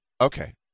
Okay